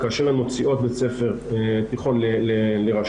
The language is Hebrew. כאשר הן מוציאות בית ספר תיכון לרשות,